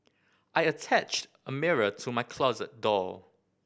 I attached a mirror to my closet door